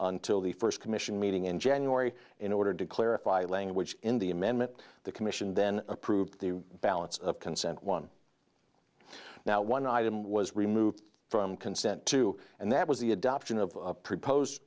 until the first commission meeting in january in order to clarify language in the amendment the commission then approved the balance of consent one now one item was removed from consent to and that was the adoption of a proposed